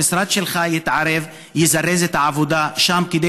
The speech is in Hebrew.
שהמשרד שלך יתערב ויזרז את העבודה שם כדי